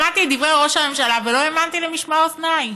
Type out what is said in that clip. שמעתי את דברי ראש הממשלה ולא האמנתי למשמע אוזניי.